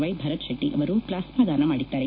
Y Bharat Shetty ಅವರು ಪ್ಲಾಗ್ನಾ ದಾನ ಮಾಡಿದ್ದಾರೆ